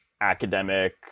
academic